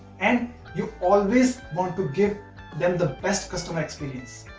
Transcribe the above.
and you always want to give them the best customer experience.